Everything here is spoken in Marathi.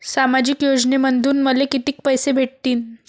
सामाजिक योजनेमंधून मले कितीक पैसे भेटतीनं?